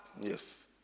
Yes